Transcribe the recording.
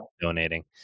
donating